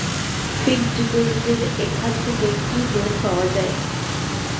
Fix ডিপোজিটের এখান থেকে কি লোন পাওয়া যায়?